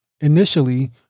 Initially